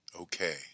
Okay